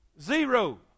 Zero